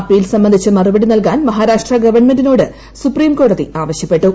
appeal സംബന്ധിച്ച് മറുപടി നൽകാൻ മഹാരാഷ്ട്ര ഗവൺമെന്റിനോട് സുപ്രീംകോടതി ആവശ്യപ്പെട്ടു